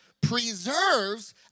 preserves